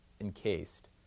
encased